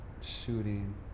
shooting